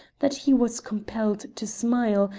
that he was compelled to smile,